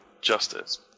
justice